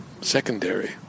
secondary